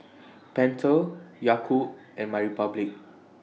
Pentel Yakult and MyRepublic